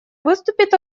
выступит